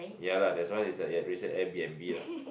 ya lah that's why is like it had recent Air B_N_B lah